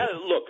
Look